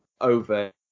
over